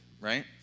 right